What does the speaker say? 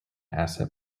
asset